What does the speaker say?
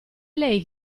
lei